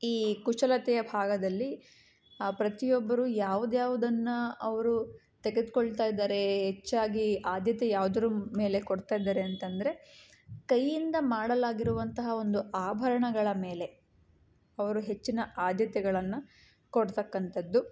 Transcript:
ಈ ಕುಶಲತೆಯ ಭಾಗದಲ್ಲಿ ಪ್ರತಿಯೊಬ್ಬರು ಯಾವ್ದು ಯಾವ್ದನ್ನು ಅವರು ತೆಗೆದುಕೊಳ್ತಾ ಇದ್ದಾರೆ ಹೆಚ್ಚಾಗಿ ಆದ್ಯತೆ ಯಾವ್ದ್ರ ಮೇಲೆ ಕೊಡ್ತಿದ್ದಾರೆ ಅಂತಂದರೆ ಕೈಯಿಂದ ಮಾಡಲಾಗಿರುವಂತಹ ಒಂದು ಆಭರಣಗಳ ಮೇಲೆ ಅವರು ಹೆಚ್ಚಿನ ಆದ್ಯತೆಗಳನ್ನು ಕೊಡ್ತಕ್ಕಂತದ್ದು